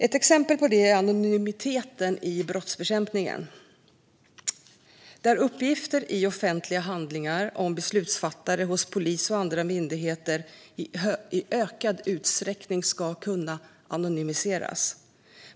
Ett exempel på det gäller anonymiteten i brottsbekämpningen. Uppgifter i offentliga handlingar om beslutsfattare hos polis och andra myndigheter ska i ökad utsträckning kunna anonymiseras.